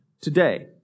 today